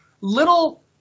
little